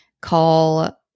call